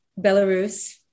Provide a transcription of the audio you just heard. Belarus